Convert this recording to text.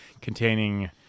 containing